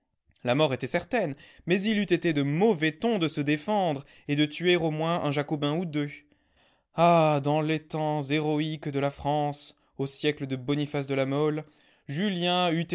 la mort était certaine mais il eût été de mauvais ton de se défendre et de tuer au moins un jacobin ou deux ah dans les temps héroïques de la france au siècle de boniface de la mole julien